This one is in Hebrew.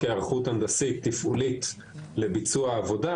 היערכות הנדסית תפעולית לביצוע העבודה,